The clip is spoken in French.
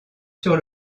sur